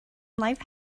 life